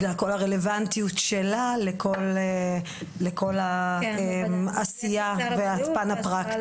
בגלל כל הרלוונטיות שלה לכל העשייה והפן הפרקטי.